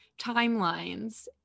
timelines